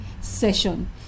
Session